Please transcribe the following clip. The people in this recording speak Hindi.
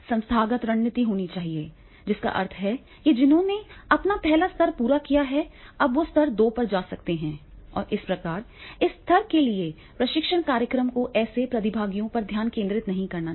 संस्थागत रणनीति होनी चाहिए जिसका अर्थ है कि जिन्होंने अपना पहला स्तर पूरा कर लिया है वे अब स्तर दो पर जा सकते हैं और इस प्रकार इस स्तर के एक प्रशिक्षण कार्यक्रम को ऐसे प्रतिभागियों पर ध्यान केंद्रित नहीं करना चाहिए